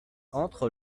entre